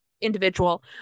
individual